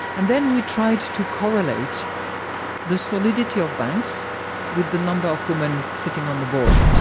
and then we tried to correlate the solidity of banks with the number of women sitting on the board.